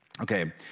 Okay